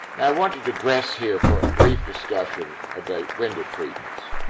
i want to digress here for a brief discussion about window treatments.